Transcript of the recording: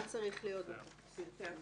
מה צריך להיות בכרטיס.